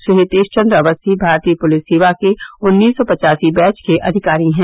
श्री हितेश चंद्र अवस्थी भारतीय पुलिस सेवा के उन्नीस सौ पच्चासी बैच के अधिकारी हैं